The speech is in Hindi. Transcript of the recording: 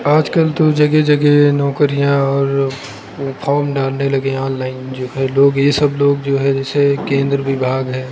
आजकल तो जगह जगह नौकरियाँ और वह फोम डालने लगे ऑनलाइन लोग यह सब लोग जो हैं जैसे केंद्र विभाग है